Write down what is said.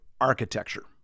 architecture